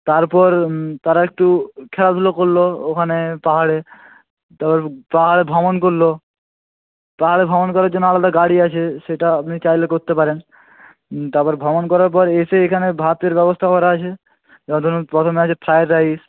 তারপর তারা একটু খেলাধুলো করল ওখানে পাহাড়ে তারপর পাহাড়ে ভ্রমণ করল পাহাড়ে ভ্রমণ করার জন্য আলাদা গাড়ি আছে সেটা আপনি চাইলে করতে পারেন তারপর ভ্রমণ করার পর এসে এখানে ভাতের ব্যবস্থা করা আছে এবার ধরুন প্রথমে আছে ফ্রায়েড রাইস